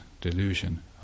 delusion